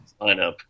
lineup